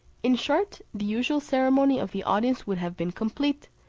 in short, the usual ceremony of the audience would have been complete,